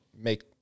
make